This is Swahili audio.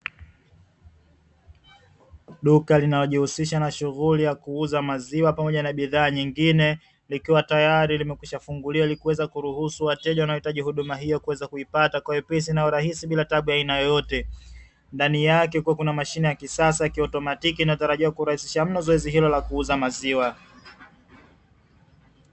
Duka linalojihusisha na shughuli ya kuuza maziwa pamoja na bidhaa nyingine, likiwa tayari limekwisha funguliwa, ili kuweza kuruhusu wateja wanaohitaji huduma hiyo kuweza kuipata kwa wepesi na urahisi bila tabu ya aina yoyote. Ndani yake kukiwa na mashine ya kisasa ya kiotomatiki inayotarajiwa kurahisisha zoezi hilo la kuuza maziwa.